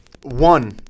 One